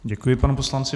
Děkuji panu poslanci.